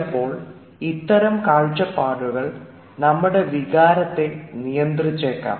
ചിലപ്പോൾ ഇത്തരം കാഴ്ചപ്പാടുകൾ നമ്മുടെ വികാരത്തെ നിയന്ത്രിച്ചെക്കാം